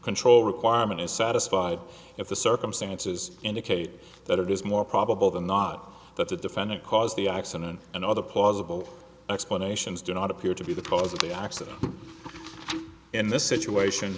control requirement is satisfied if the circumstances indicate that it is more probable than not that the defendant caused the accident and other plausible explanations do not appear to be the cause of the accident in this situation